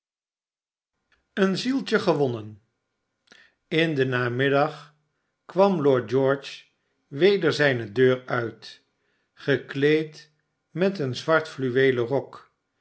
een zieltje gewonnen in den namiddag kwam lord george weder zijne deur uit gekleed met eeri zwart fluweelen rok